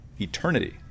eternity